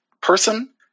person